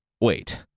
Wait